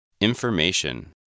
Information